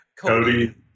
Cody